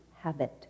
habit